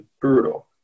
brutal